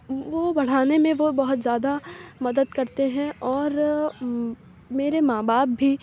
وہ بڑھانے میں وہ بہت زیادہ مدد کرتے ہیں اور میرے ماں باپ بھی